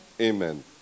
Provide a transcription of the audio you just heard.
Amen